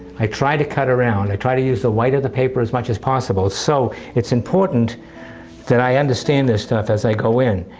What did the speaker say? i try to cut around and i try to use the white of the paper as much as possible. so it's important that i understand this stuff as i go in,